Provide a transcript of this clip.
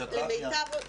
פיזיותרפיה.